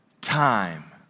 time